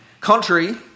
Contrary